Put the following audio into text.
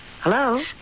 Hello